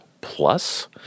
Plus